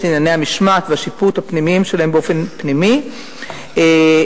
ענייני המשמעת והשיפוט הפנימיים שלהם באופן פנימי לחלוטין.